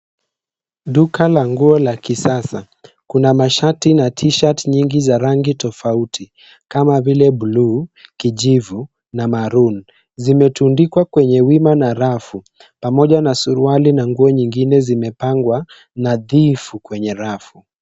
Duka la nguo la kisasa. Kuna mashati na t-shirt nyingi za rangi tofauti kama vile bluu, kijivu na maroon . Zimetundikwa kwenye wima na rafu pamoja na suruali na nguo nyingine zimepangwa nadhifu kwenye rafu.